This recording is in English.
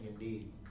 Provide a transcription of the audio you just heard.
indeed